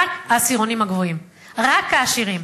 רק העשירונים הגבוהים, רק העשירים.